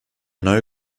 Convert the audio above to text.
neue